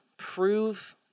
prove